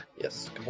Yes